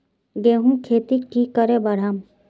गेंहू खेती की करे बढ़ाम?